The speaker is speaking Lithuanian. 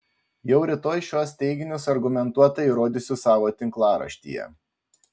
jau rytoj šiuos teiginius argumentuotai įrodysiu savo tinklaraštyje